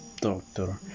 doctor